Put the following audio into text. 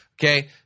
Okay